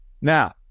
Now